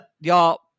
Y'all